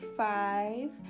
five